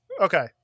Okay